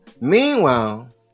Meanwhile